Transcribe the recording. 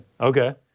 okay